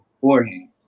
beforehand